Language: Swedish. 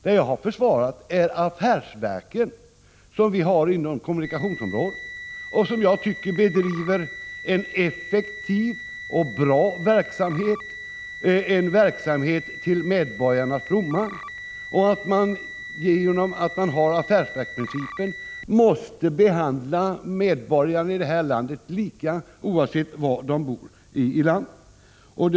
Det jag har försvarat är affärsverken inom kommunikationsområdet, vilka jag tycker bedriver en effektiv och bra verksamhet — en verksamhet som är till medborgarnas fromma. I och med att affärsverksprincipen gäller måste man behandla medborgarna lika oavsett var i landet de bor.